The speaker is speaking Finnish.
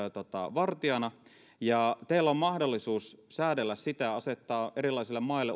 vartijana ja teillä on mahdollisuus säädellä sitä ja asettaa erilaisille maille